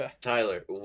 Tyler